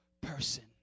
person